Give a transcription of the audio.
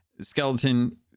skeleton